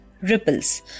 Ripples